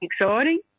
exciting